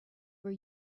were